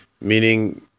Meaning